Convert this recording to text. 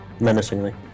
menacingly